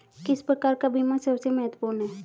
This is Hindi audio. किस प्रकार का बीमा सबसे महत्वपूर्ण है?